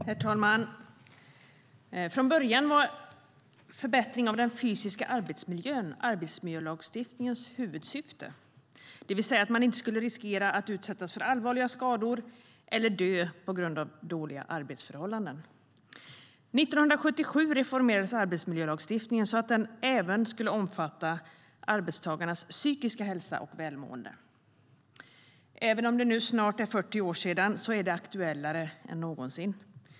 Herr talman! Från början var förbättring av den fysiska arbetsmiljön arbetsmiljölagstiftningens huvudsyfte, det vill säga att man inte skulle riskera att utsättas för allvarliga skador eller dö på grund av dåliga arbetsförhållanden. År 1977 reformerades arbetsmiljölagstiftningen så att den skulle omfatta även arbetstagarnas psykiska hälsa och välmående. Även om det nu snart är 40 år sedan är det aktuellare än någonsin.